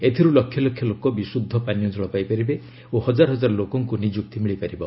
ଏଥିରୁ ଲକ୍ଷଲକ୍ଷ ଲୋକ ବିଶୁଦ୍ଧ ପାନୀୟ କଳ ପାଇପାରିବେ ଓ ହଜାର ହଜାର ଲୋକଙ୍କୁ ନିଯୁକ୍ତି ମିଳିପାରିବ